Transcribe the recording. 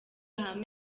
hamwe